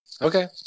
Okay